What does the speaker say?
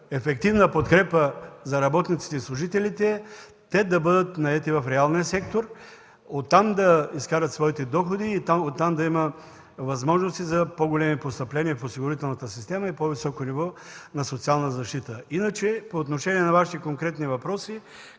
ефективна подкрепа за работниците и служителите е да бъдат наети в реалния сектор, оттам да изкарват своите доходи и оттам да има възможности за по-големи постъпления в осигурителната система и по-високо ниво на социална защита. По отношение на конкретните Ви въпроси: